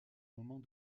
moment